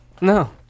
No